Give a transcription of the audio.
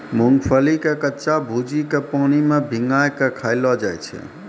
मूंगफली के कच्चा भूजिके पानी मे भिंगाय कय खायलो जाय छै